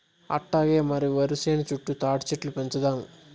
అట్టాగే మన ఒరి సేను చుట్టూ తాటిచెట్లు పెంచుదాము